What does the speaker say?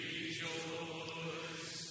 Rejoice